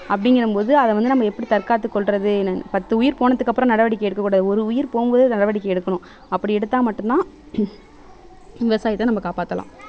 அப்படிங்கற போது அதை வந்து நம்ம எப்படி தற்காத்து கொள்வது பத்து உயிர் போனதுக்கு அப்றம் நடவடிக்கை எடுக்கக் கூடாது ஒரு உயிர் போகும்போதே நடவடிக்கை எடுக்கணும் அப்படி எடுத்தால் மட்டுந்தான் விவசாயத்தை நம்ம காப்பாற்றலாம்